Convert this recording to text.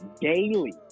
Daily